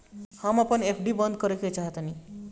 हम अपन एफ.डी बंद करेके चाहातानी